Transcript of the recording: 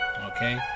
okay